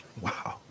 Wow